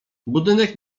budynek